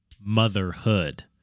motherhood